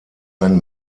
ein